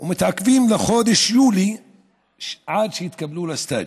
ומתעכבים עד חודש יולי עד שיתקבלו לסטאז'.